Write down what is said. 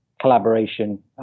collaboration